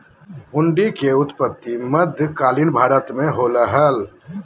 हुंडी के उत्पत्ति मध्य कालीन भारत मे होलय हल